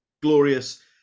Glorious